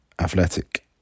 Athletic